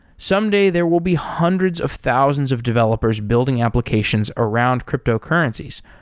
someday there will be hundreds of thousands of developers building applications around cryptocurrencies,